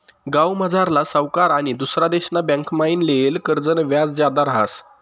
गावमझारला सावकार आनी दुसरा देशना बँकमाईन लेयेल कर्जनं व्याज जादा रहास